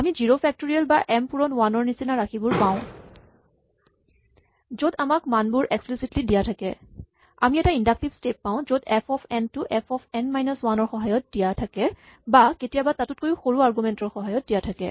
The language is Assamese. আমি জিৰ' ফেক্টৰিয়েল বা এম পূৰণ ৱান ৰ নিচিনা ৰাশিবোৰ পাওঁ য'ত আমাক মানবোৰ এক্সপ্লিচিটলী দিয়া থাকে আমি এটা ইন্ডাক্টিভ স্টেপ পাওঁ য'ত এফ অফ এন টো f of n minus one ৰ সহায়ত দিয়া থাকে বা কেতিয়াবা তাতকৈয়ো সৰু আৰগুমেন্ট ৰ সহায়ত দিয়া থাকে